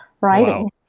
writing